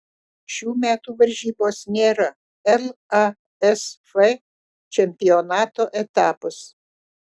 šių metų varžybos nėra lasf čempionato etapas